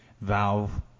Valve